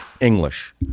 English